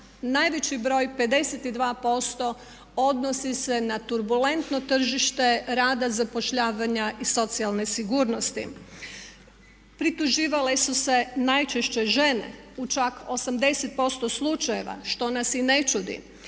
najveći broj 52% odnosi se na turbulentno tržište rada, zapošljavanja i socijalne sigurnosti. Prituživale su se najčešće žene u čak 80% slučajeva što nas i ne čudi